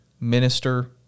minister